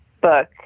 book